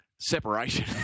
Separation